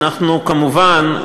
אנחנו כמובן,